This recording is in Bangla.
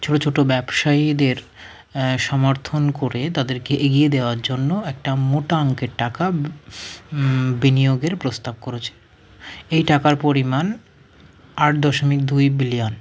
ছোটো ছোটো ব্যবসায়ীদের সমর্থন করে তাদেরকে এগিয়ে দেওয়ার জন্য একটা মোটা অংকের টাকা বিনিয়োগের প্রস্তাব করেছে এই টাকার পরিমাণ আট দশমিক দুই বিলিয়ন